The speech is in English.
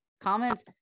comments